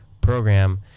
program